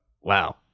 Wow